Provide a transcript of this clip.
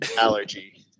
allergy